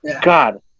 God